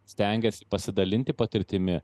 stengiasi pasidalinti patirtimi